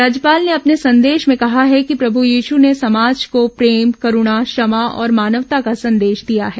राज्यपाल ने अपने संदेश में कहा है कि प्रश्र यीश ने समाज को प्रेम करूणा क्षमा और मानवता का संदेश दिया है